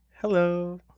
Hello